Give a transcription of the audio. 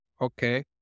Okay